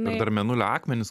ir dar mėnulio akmenys